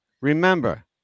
remember